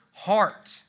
heart